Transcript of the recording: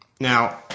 Now